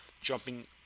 jumping